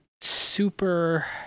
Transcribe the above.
super